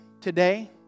today